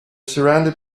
surrounded